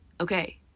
okay